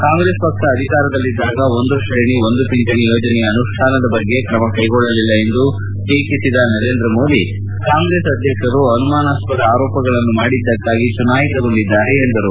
ಕಾಂಗ್ರೆಸ್ ಪಕ್ಷ ಅಧಿಕಾರದಲ್ಲಿದ್ದಾಗ ಒಂದು ಶ್ರೇಣಿ ಒಂದು ಪಿಂಚಣಿ ಯೋಜನೆಯ ಅನುಷ್ಠಾನದ ಬಗ್ಗೆ ತ್ರಮ ಕೈಗೊಳ್ಳಲಿಲ್ಲ ಎಂದು ಟೀಕಿಸಿದ ನರೇಂದ್ರ ಮೋದಿ ಕಾಂಗ್ರೆಸ್ ಅಧ್ಯಕ್ಷರು ಅನುಮಾನಾಸ್ವದ ಆರೋಪಗಳನ್ನು ಮಾಡಿದ್ದಕ್ಕಾಗಿ ಚುನಾಯಿತಗೊಂಡಿದ್ದಾರೆ ಎಂದರು